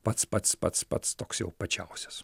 pats pats pats pats toks jau pačiausias